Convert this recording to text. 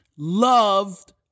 Loved